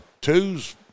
Twos